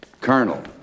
Colonel